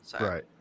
Right